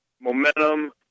momentum